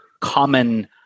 common